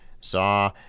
saw